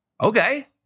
okay